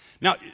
Now